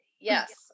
Yes